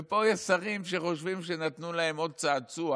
ופה יש שרים שחושבים שנתנו להם עוד צעצוע